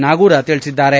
ನಾಗೂರ ತಿಳಿಸಿದ್ದಾರೆ